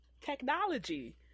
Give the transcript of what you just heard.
technology